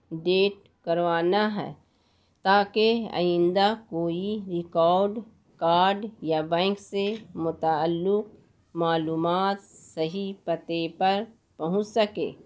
date کروانا ہے تاکہ آئندہ کوئی ریکارڈ کارڈ یا بینک سے متعلق معلومات صحیح پتے پر پہنچ سکے